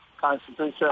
Constitution